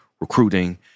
recruiting